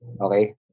Okay